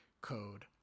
code